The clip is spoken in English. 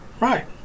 Right